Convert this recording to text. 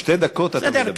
שתי דקות אדוני מדבר.